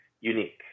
unique